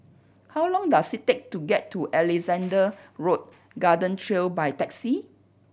how long does it take to get to Alexandra Road Garden Trail by taxi